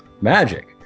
Magic